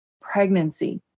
pregnancy